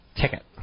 ticket